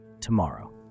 tomorrow